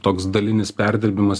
toks dalinis perdirbimas